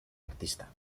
artista